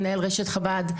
מנהל רשת חב"ד,